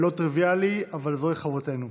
לא טריוויאלי אבל זוהי חובתנו.